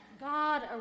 God